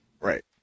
Right